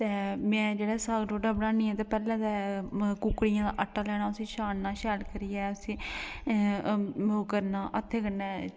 ते में जेह्ड़ा साग ढोड्डा बनानी ते पैह्लें कुक्कड़ियें दा आटा लैना ते छानना उसी शैल करियै ओह् करना हत्थें कन्नै